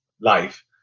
life